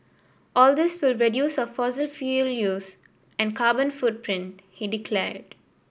all this will reduce our fossil fuel use and carbon footprint he declared